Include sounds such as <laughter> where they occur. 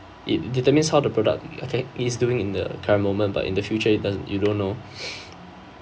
it determines how the product okay is doing in the current moment but in the future it doesn't you don't know <breath>